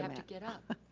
um to get up.